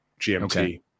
GMT